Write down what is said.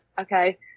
Okay